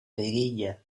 liguilla